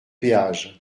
péage